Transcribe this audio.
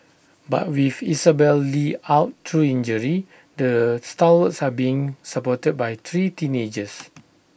but with Isabelle li out through injury the stalwarts are being supported by three teenagers